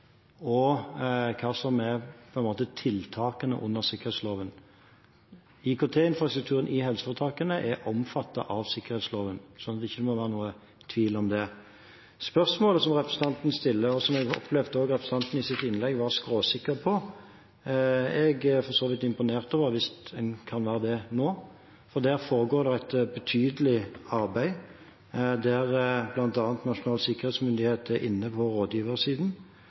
og hva som er tiltakene under sikkerhetsloven. IKT-infrastrukturen i helseforetakene er omfattet av sikkerhetsloven, slik at det ikke må være noen tvil om det. Til spørsmålet som representanten stiller, og som jeg også opplevde at representanten i sitt innlegg var skråsikker på – og jeg er for så vidt imponert hvis en kan være det nå: Der foregår det et betydelig arbeid der bl.a. Nasjonal sikkerhetsmyndighet er inne på rådgiversiden.